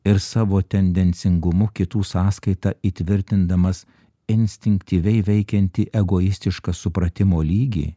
ir savo tendencingumu kitų sąskaita įtvirtindamas instinktyviai veikiantį egoistišką supratimo lygį